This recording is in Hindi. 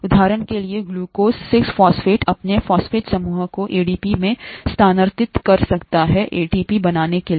उदाहरण के लिए ग्लूकोज 6 फॉस्फेट अपने फॉस्फेट समूह को एडीपी में स्थानांतरित कर सकता है एटीपी बनाने के लिए